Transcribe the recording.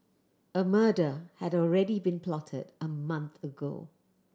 a murder had already been plotted a month ago